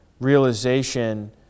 realization